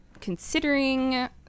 considering